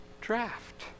draft